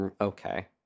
Okay